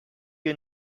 you